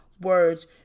Words